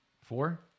Four